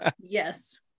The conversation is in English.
Yes